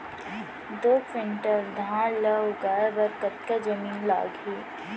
दो क्विंटल धान ला उगाए बर कतका जमीन लागही?